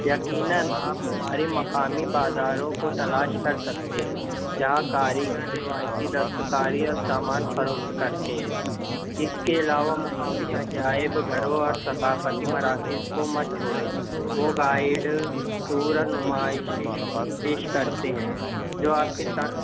یقیناً آپ ہمارے مقامی بازاروں کو تلاش کر سکتے جہاں کاریگر روایتی دستکاری اور سامان فروخت کرتے ہیں اِس کے علاوہ مقامی عجائب گھروں اور ثقافتی مراکز کو مت چھوڑیں وہ گائڈ ٹور اور نمائشی کرتے ہیں جو آپ کے ساتھ